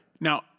Now